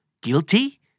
Guilty